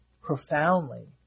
profoundly